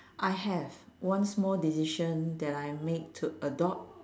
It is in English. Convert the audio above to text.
I have one small decision that I make to adopt